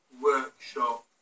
workshop